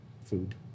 food